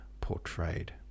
portrayed